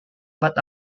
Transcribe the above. but